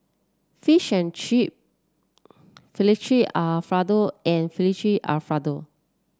fish and Chip Fettuccine Alfredo and Fettuccine Alfredo